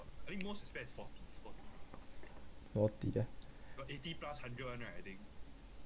forty ah